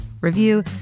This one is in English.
review